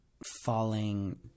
Falling